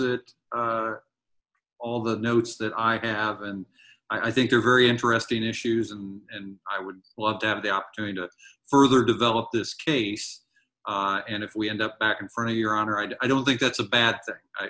it all the notes that i have and i think they're very interesting issues and i would love to have the opportunity to further develop this case and if we d end up back in front of your honor i don't think that's a bad thing